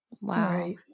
Wow